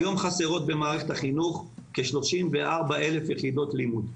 היום חסרות במערכת החינוך כ-34,000 יחידות לימוד.